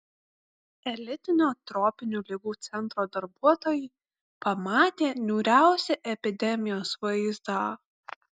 elitinio tropinių ligų centro darbuotojai pamatė niūriausią epidemijos vaizdą